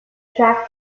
track